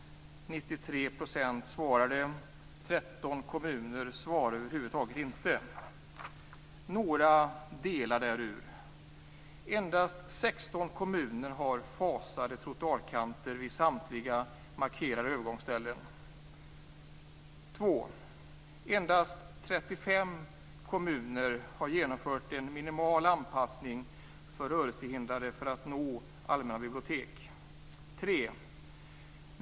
93 % svarade, men 13 kommuner svarade över huvud taget inte. Jag vill här ta upp några delar ur den. 1. Endast sexton kommuner har fasade trottoarkanter vid samtliga markerade övergångsställen. 2. Endast 35 kommuner har genomfört en minimal anpassning för rörelsehindrade för att de skall nå allmänna bibliotek. 3.